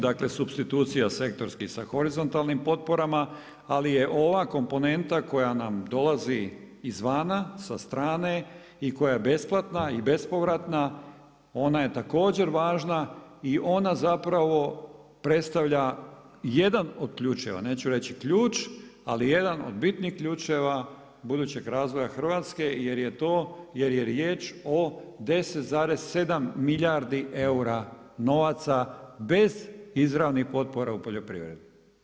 Dakle supstitucija sektorskih sa horizontalnim potporama, ali je ova komponenta koja nam dolazi izvana, sa strane i koja je besplatna i bespovratna ona je također važna i ona predstavlja jedan od ključeva, neću reći ključ, ali jedan od bitnih ključeva budućeg razvoja Hrvatske jer je riječ o 10,7 milijardi eura novaca bez izravnih potpora u poljoprivredi.